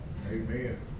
Amen